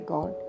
God